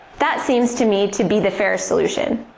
that seems to me to be the fairest solution.